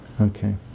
Okay